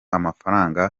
amafaranga